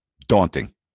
daunting